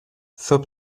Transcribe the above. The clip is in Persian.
صبح